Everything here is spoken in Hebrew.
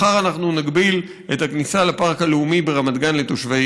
מחר אנחנו נגביל את הכניסה לפארק הלאומי ברמת גן לתושבי